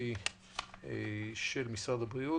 המשפטי של משרד הבריאות,